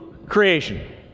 Creation